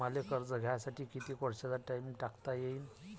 मले कर्ज घ्यासाठी कितीक वर्षाचा टाइम टाकता येईन?